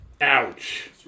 Ouch